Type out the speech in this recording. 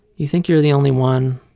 you think you're the only one,